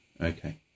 Okay